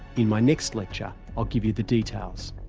in my next lecture, i'll give you the details.